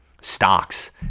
stocks